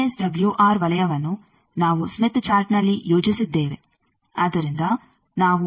ಈಗ ವಿಎಸ್ಡಬಲ್ಯುಆರ್ ವಲಯವನ್ನು ನಾವು ಸ್ಮಿತ್ ಚಾರ್ಟ್ನಲ್ಲಿ ಯೋಜಿಸಿದ್ದೇವೆ